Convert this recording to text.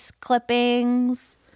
clippings